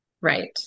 Right